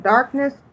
Darkness